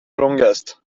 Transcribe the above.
longest